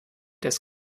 das